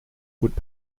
would